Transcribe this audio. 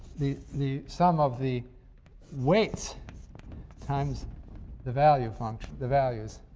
the the sum of the weights times the value function the values.